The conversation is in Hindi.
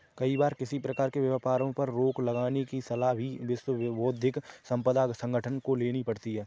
कई बार किसी प्रकार के व्यापारों पर रोक लगाने की सलाह भी विश्व बौद्धिक संपदा संगठन को लेनी पड़ती है